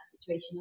situation